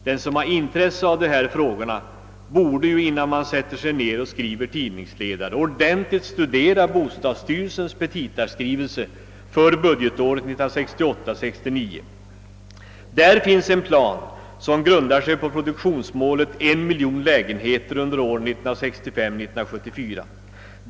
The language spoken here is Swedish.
Den som har intresse för dessa frågor borde, innan han sätter sig ned och skriver en tidningsledare, ordentligt studera bostadsstyrelsens petitaskrivelse för budgetåret 1968/69. I den finns en plan som grundar sig på produktionsmålet en miljon lägenheter under åren 1965— 1974.